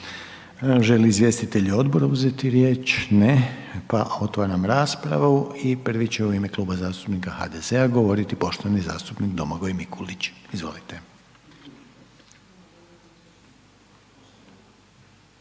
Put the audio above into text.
li izvjestitelji odbora uzeti riječ? Ne. Pa otvaram raspravu i prvi će u ime Kluba zastupnika HDZ-a govoriti poštovani zastupnik Domagoj Mikulić, izvolite.